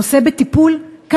הנושא בטיפול?